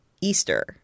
Easter